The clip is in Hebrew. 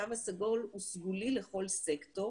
התו הסגול הוא סגולי לכול סקטור